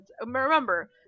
Remember